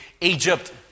Egypt